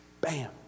bam